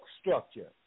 structure